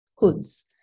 hoods